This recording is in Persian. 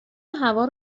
هوا